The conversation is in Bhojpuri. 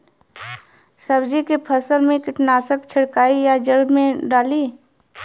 सब्जी के फसल मे कीटनाशक छिड़काई या जड़ मे डाली?